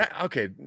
Okay